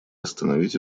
остановить